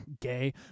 Gay